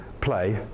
play